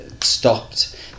stopped